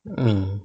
mm